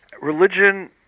religion